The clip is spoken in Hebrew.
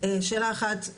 שאלה אחת,